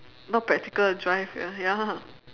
not practical drive ya